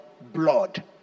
blood